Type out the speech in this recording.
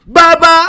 Baba